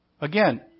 Again